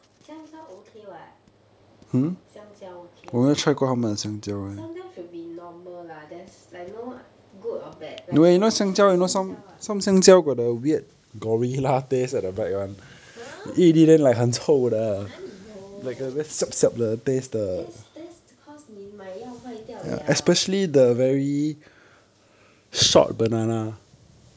香蕉 okay what 香蕉 okay mah 香蕉 should be normal lah there's like no good or bad like 香蕉就是香蕉 [what] !huh! 哪里有 that's that's because 你买要坏掉了